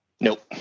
Nope